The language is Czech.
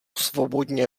svobodně